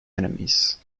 enemies